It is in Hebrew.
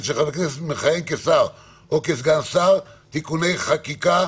של חבר הכנסת המכהן כשר או כסגן שר (תיקוני חקיקה),